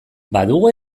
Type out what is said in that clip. badugu